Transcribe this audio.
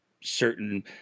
Certain